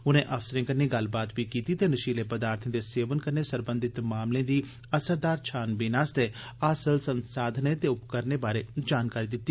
उनें अफसरें कन्नै गल्लबात बी कीती ते नशीले पदार्थे दे सेवन कन्नै सरबंधित मामले दी असरदार छानबीन आस्तै हासल संसाधने ते उपकरणे बारै जानकारी लैती